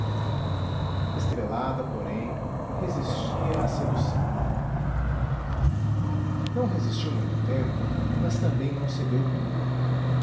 estrelada porém resistia à sedução não resistiu muito tempo mas também não cedeu tudo